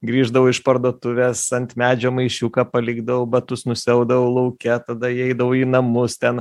grįždavau iš parduotuvės ant medžio maišiuką palikdavau batus nusiaudavau lauke tada įeidavau į namus ten